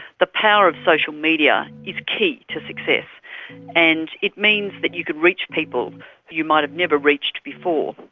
the power of social media is key to success and it means that you could reach people you might have never reached before.